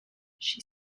she